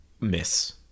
miss